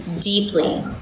deeply